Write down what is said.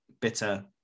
bitter